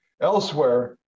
Elsewhere